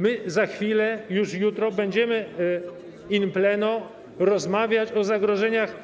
My za chwilę, już jutro będziemy in pleno rozmawiać o zagrożeniach